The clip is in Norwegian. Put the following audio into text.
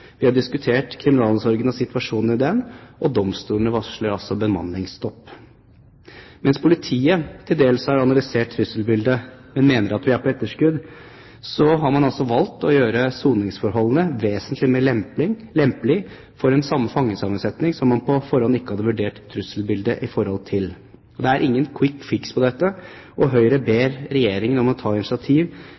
Vi har diskutert kriminalomsorgen og situasjonen i den, og domstolene varsler bemanningsstopp. Mens politiet til dels har analysert trusselbildet, men mener at vi er på etterskudd, så har man valgt å gjøre soningsforholdene vesentlig mer lempelig for en fangesammensetning som man ikke på forhånd hadde vurdert trusselbildet i forhold til. Det er ingen «quick fix» på dette, og Høyre ber Regjeringen om å ta initiativ